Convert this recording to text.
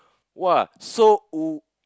!wah! so u~